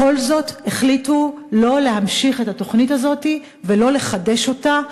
בכל זאת החליטו שלא להמשיך את התוכנית הזאת ולא לחדש אותה,